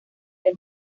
del